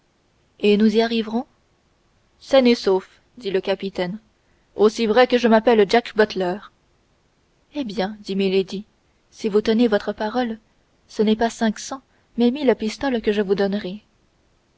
et nous y arriverons sains et saufs dit le capitaine aussi vrai que je m'appelle jack buttler eh bien dit milady si vous tenez votre parole ce n'est pas cinq cents mais mille pistoles que je vous donnerai